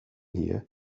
here